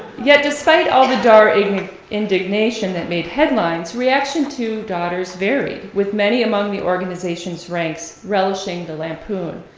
yet despite all the dar indignation that made headlines, reaction to daughters varied, with many among the organization's ranks relishing the lampoon.